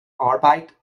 arbeit